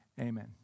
Amen